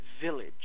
village